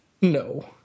No